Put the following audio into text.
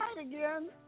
again